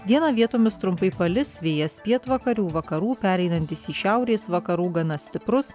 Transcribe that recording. dieną vietomis trumpai palis vėjas pietvakarių vakarų pereinantis į šiaurės vakarų gana stiprus